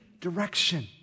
direction